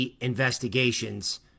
investigations